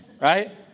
Right